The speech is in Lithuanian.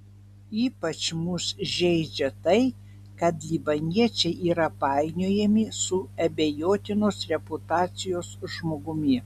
ypač mus žeidžia tai kad libaniečiai yra painiojami su abejotinos reputacijos žmogumi